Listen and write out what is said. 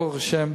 ברוך השם,